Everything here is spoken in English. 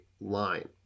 line